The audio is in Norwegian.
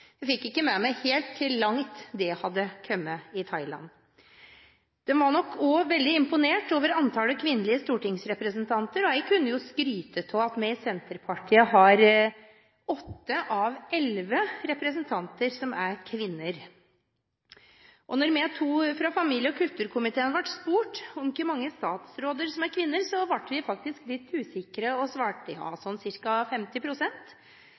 Jeg fikk ikke helt med meg hvor langt det hadde kommet i Thailand. De var nok også veldig imponert over antallet kvinnelige stortingsrepresentanter. Jeg kunne skryte av at i Senterpartiet er åtte av elleve representanter kvinner. Vi var to fra familie- og kulturkomiteen som ble spurt om hvor mange statsråder som er kvinner – da ble vi faktisk litt usikre og svarte: